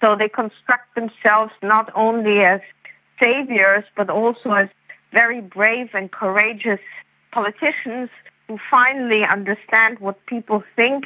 so they construct themselves not only as saviours but also as very brave and courageous politicians who finally understand what people think